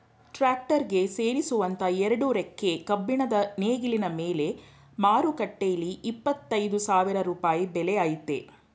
tractor ಗೆ ಸೇರಿಸುವಂತ ಎರಡು ರೆಕ್ಕೆ ಕಬ್ಬಿಣದ ನೇಗಿಲಿನ ಬೆಲೆ ಮಾರುಕಟ್ಟೆಲಿ ಇಪ್ಪತ್ತ ಐದು ಸಾವಿರ ರೂಪಾಯಿ ಬೆಲೆ ಆಯ್ತೆ